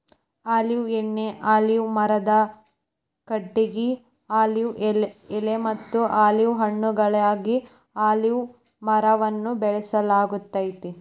olive ಎಣ್ಣಿ, olive ಮರದ ಕಟಗಿ, ಆಲಿವ್ ಎಲೆಮತ್ತ ಆಲಿವ್ ಹಣ್ಣುಗಳಿಗಾಗಿ ಅಲಿವ್ ಮರವನ್ನ ಬೆಳಸಲಾಗ್ತೇತಿ